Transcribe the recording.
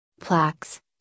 plaques